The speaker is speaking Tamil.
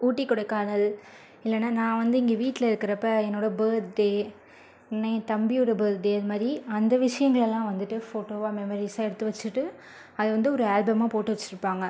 ஊட்டி கொடைக்கானல் இல்லைனா நான் வந்து இங்கே வீட்டுலேருக்கப்ப என்னோடய பர்த்டே இல்லைனா என்னோடய தம்பியோடய பர்த்டே அந்த விஷயங்களெல்லாம் வந்து ஃபோட்டோவாக மெமரீஸ்ஸாக எடுத்து வச்சுட்டு அதை வந்து ஒரு ஆல்பமாக போட்டு வச்சுருப்பாங்க